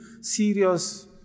serious